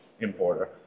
importer